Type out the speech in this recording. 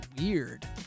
weird